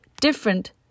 different